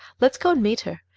let's go and meet her.